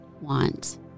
want